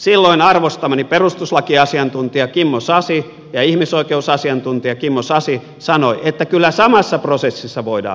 silloin arvostamani perustuslakiasiantuntija ja ihmisoikeusasiantuntija kimmo sasi sanoi että kyllä samassa prosessissa voidaan